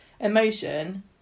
emotion